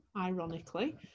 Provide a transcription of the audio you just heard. ironically